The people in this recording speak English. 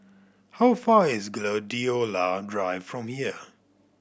how far is Gladiola Drive from here